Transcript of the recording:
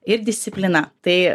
ir disciplina tai